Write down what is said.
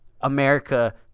america